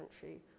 country